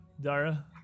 Dara